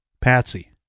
Patsy